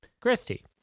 Christy